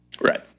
Right